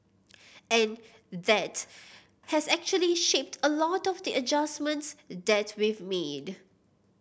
and that has actually shaped a lot of the adjustments that we've made